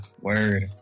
word